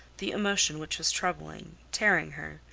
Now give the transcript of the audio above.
the emotion which was troubling tearing her.